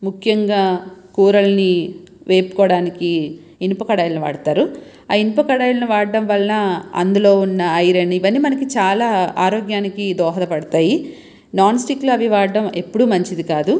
ముఖ్యంగా కూరలని వేపుకోవడానికి ఇనుప కడాయిలని వాడతారు ఇనుప కడాయిలని వాడడం వలన అందులో వున్న ఐరన్ ఇవన్నీ మనకి చాలా ఆరోగ్యానికి దోహద పడుతాయి నాన్ స్టిక్లు అవి వాడడం ఎప్పుడూ మంచిది కాదు